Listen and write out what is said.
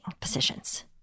positions